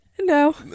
No